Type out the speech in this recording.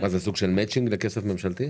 זה סוג של מצ'ינג לכסף ממשלתי?